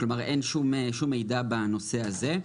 אין שום מידע בנושא הזה.